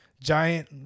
giant